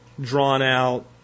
drawn-out